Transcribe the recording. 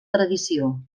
tradició